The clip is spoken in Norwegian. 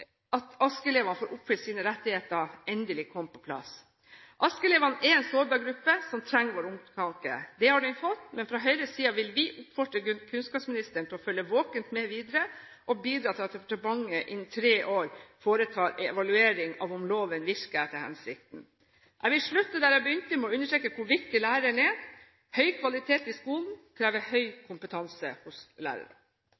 at ASK-elevene får oppfylt sine rettigheter, endelig kom på plass. ASK-elevene er en sårbar gruppe som trenger vår omtanke. Det har den fått, men fra Høyres side vil vi oppfordre kunnskapsministeren til å følge våkent med videre og bidra til at departementet innen tre år foretar en evaluering av om loven virker etter hensikten. Jeg vil slutte der jeg begynte, med å understreke hvor viktig læreren er. Høy kvalitet i skolen